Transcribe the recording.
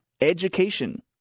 education